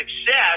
success